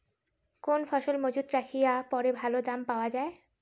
কোন ফসল মুজুত রাখিয়া পরে ভালো দাম পাওয়া যায়?